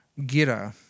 Gira